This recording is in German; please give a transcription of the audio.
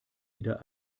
wieder